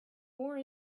more